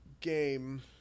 game